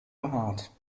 behaart